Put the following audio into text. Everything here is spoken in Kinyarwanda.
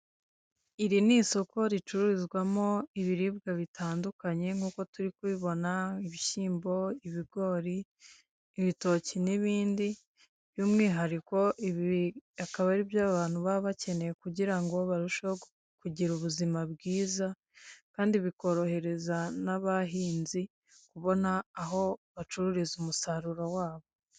Iri ni isoko ricuruzwamo ibiribwa bitandukanye nk'uko turi kubibona, ibishyimbo, ibigori, ibitoki, n'ibindi by'umwihariko akaba aribyo abantu baba bakeneye kugira ngo barusheho kugira ubuzima bwiza kandi bikorohereza n'abahinzi kubona aho bacururiza umusaruro wabo.